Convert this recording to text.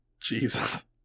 Jesus